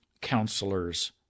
counselors